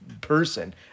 person